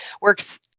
works